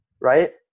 right